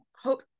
hope